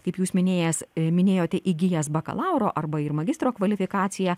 kaip jūs minėjęs minėjote įgijęs bakalauro arba ir magistro kvalifikaciją